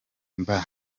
mba